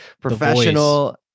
professional